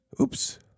Oops